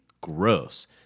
Gross